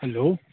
hello